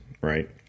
right